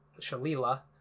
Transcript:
Shalila